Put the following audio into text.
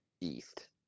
east